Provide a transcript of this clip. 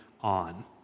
on